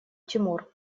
тимур